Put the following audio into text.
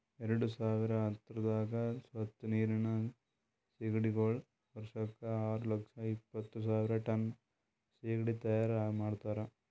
ಎರಡು ಸಾವಿರ ಹತ್ತುರದಾಗ್ ಸ್ವಚ್ ನೀರಿನ್ ಸೀಗಡಿಗೊಳ್ ವರ್ಷಕ್ ಆರು ಲಕ್ಷ ಎಪ್ಪತ್ತು ಸಾವಿರ್ ಟನ್ ಸೀಗಡಿ ತೈಯಾರ್ ಮಾಡ್ತಾರ